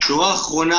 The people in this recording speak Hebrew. שורה אחרונה,